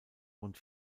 rund